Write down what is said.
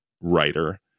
writer